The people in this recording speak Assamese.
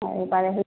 হয় পাৰে